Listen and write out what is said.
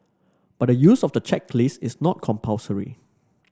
but the use of the checklist is not compulsory